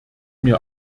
mir